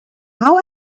how